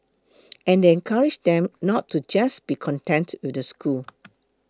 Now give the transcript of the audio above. and they encourage them not to just be content with the school